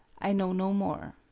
i know no more.